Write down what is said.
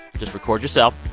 just record yourself,